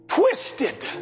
twisted